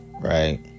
right